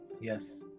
Yes